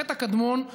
החטא הקדמון הוא